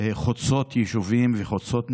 חוצות יישובים וחוצות מגזרים.